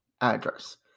address